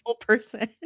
person